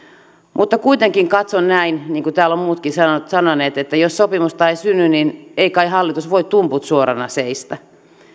mutta kuitenkin katson näin niin kuin täällä ovat muutkin sanoneet että jos sopimusta ei synny niin ei kai hallitus voi tumput suorana seistä